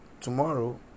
tomorrow